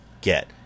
get